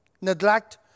neglect